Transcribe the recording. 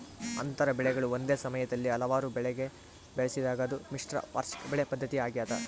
ಅಂತರ ಬೆಳೆಗಳು ಒಂದೇ ಸಮಯದಲ್ಲಿ ಹಲವಾರು ಬೆಳೆಗ ಬೆಳೆಸಿದಾಗ ಅದು ಮಿಶ್ರ ವಾರ್ಷಿಕ ಬೆಳೆ ಪದ್ಧತಿ ಆಗ್ಯದ